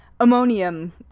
Ammonium